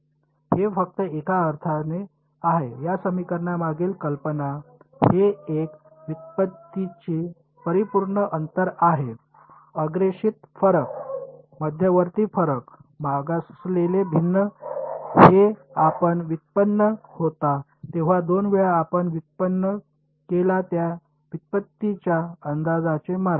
हे फक्त एका अर्थाने आहे या समीकरणामागील कल्पना हे एक व्युत्पत्तीची परिपूर्ण अंतर आहे अग्रेषित फरक मध्यवर्ती फरक मागासलेले भिन्न हे आपण व्युत्पन्न होता तेव्हा दोन वेळा आपण व्युत्पन्न केला त्या व्युत्पत्तीच्या अंदाजाचे मार्ग